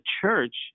church